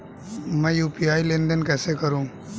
मैं यू.पी.आई लेनदेन कैसे करूँ?